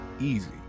Easy